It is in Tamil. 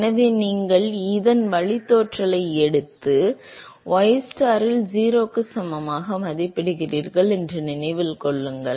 எனவே நீங்கள் இதன் வழித்தோன்றலை எடுத்து ystar இல் 0 க்கு சமமாக மதிப்பிடுகிறீர்கள் என்பதை நினைவில் கொள்ளுங்கள்